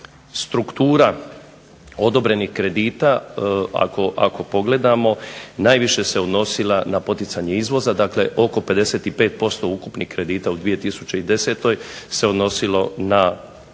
Struktura odobrenih kredita, ako pogledamo najviše se odnosila na poticanje izvoza. Dakle, oko 55% ukupnih kredita u 2010. se odnosilo na kreditiranje